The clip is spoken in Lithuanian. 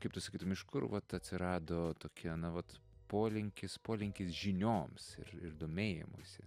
kaip tu sakytum iš kur vat atsirado tokie na vat polinkis polinkis žinioms ir ir domėjimuisi